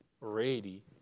ready